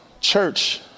church